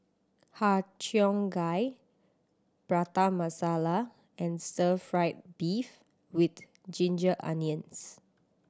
Har Cheong Gai Prata Masala and stir fried beef with ginger onions